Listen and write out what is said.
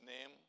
name